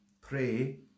pray